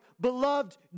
Beloved